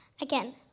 Again